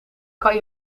kan